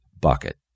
bucket